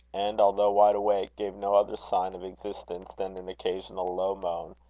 and, although wide awake, gave no other sign of existence than an occasional low moan,